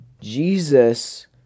Jesus